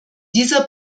dieser